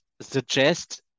suggest